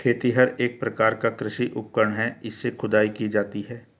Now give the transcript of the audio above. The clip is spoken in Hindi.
खेतिहर एक प्रकार का कृषि उपकरण है इससे खुदाई की जाती है